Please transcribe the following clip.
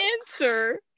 answer